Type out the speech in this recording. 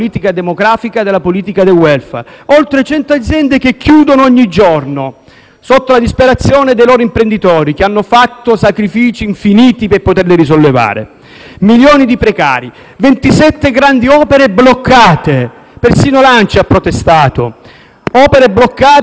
(per la disperazione dei loro imprenditori, che hanno fatto sacrifici infiniti per poterle risollevare), milioni di precari, 27 grandi opere bloccate (persino l'ANCI ha protestato) che mettono in discussione centinaia di migliaia di posti di lavoro.